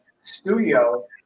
studio